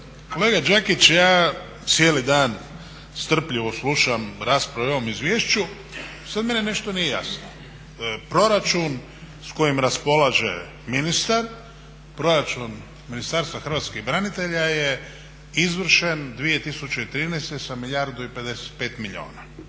Kolega Đakić, ja cijeli dan strpljivo slušam rasprave o ovom izvješću, sad meni nešto nije jasno. Proračun s kojim raspolaže ministar, proračun Ministarstva hrvatskih branitelja je izvršen 2013. sa milijardu i 55 milijuna.